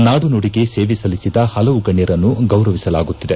ನಾಡು ನುಡಿಗೆ ಸೇವೆ ಸಲ್ಲಿಸಿದ ಹಲವು ಗಣ್ಣರನ್ನು ಗೌರವಿಸಲಾಗುತ್ತಿದೆ